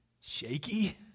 shaky